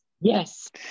Yes